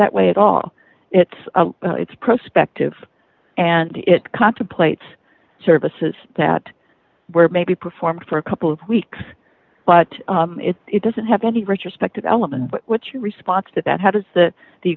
that way at all it's it's prospective and it contemplates services that were maybe performed for a couple of weeks but it doesn't have any respect element what your response to that how does that the